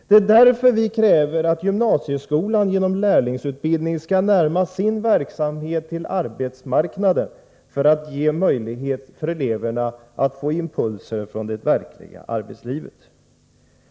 Det är också därför vi kräver att gymnasieskolan genom lärlingsutbildningen skall närma sin verksamhet till arbetsmarknaden för att ge möjlighet för eleverna att få impulser från det verkliga arbetslivet.